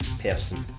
person